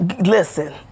listen